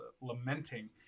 lamenting